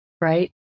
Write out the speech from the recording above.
right